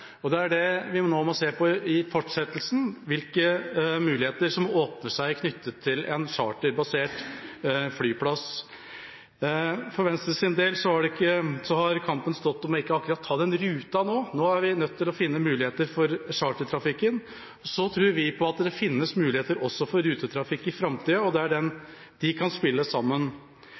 Vi må nå i fortsettelsen se på hvilke muligheter som åpner seg knyttet til en charterbasert flyplass. For Venstres del har kampen stått om ikke å ta den ruta akkurat nå. Nå er vi nødt til å finne muligheter for chartertrafikken. Så tror vi det finnes muligheter også for rutetrafikk i framtida, der de kan spille sammen.